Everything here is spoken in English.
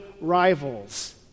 rivals